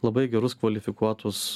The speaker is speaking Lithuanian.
labai gerus kvalifikuotus